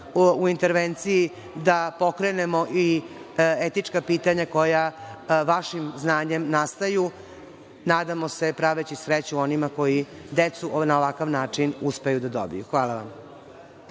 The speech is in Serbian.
u intervenciji da pokrenemo i etička pitanja koja vašim znanjem nastaju, nadamo se, praveći sreću onima koji decu na ovakav način uspeju da dobiju. Hvala.